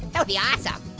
that would be awesome.